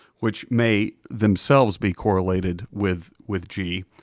which may themselves be correlated with with g,